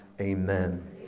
Amen